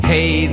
Hey